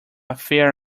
fair